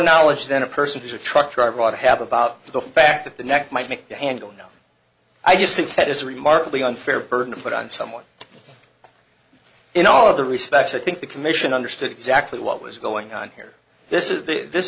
knowledge than a person who's a truck driver ought to have about the fact that the neck might make the hand go no i just think that it's remarkably unfair burden to put on someone in all of the respects i think the commission understood exactly what was going on here this is this